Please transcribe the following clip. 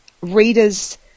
readers